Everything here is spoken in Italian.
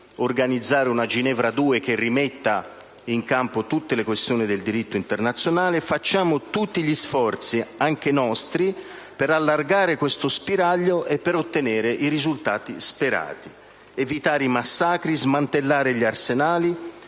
organizzare una Ginevra 2 che rimetta in campo tutte le questioni del diritto internazionale. Facciamo tutti gli sforzi, anche nostri, per allargare questo spiraglio e ottenere i risultati sperati. Evitare i massacri, smantellare gli arsenali,